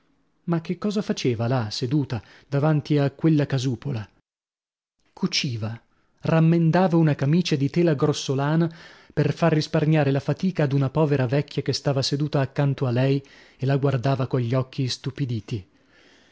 ma che cosa faceva là seduta davanti a quella casupola cuciva rammendava una camicia di tela grossolana per far risparmiare la fatica ad una povera vecchia che stava seduta accanto a lei e la guardava cogli occhi istupiditi